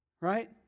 Right